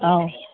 ꯑꯧ